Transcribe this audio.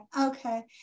Okay